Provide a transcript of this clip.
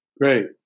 Great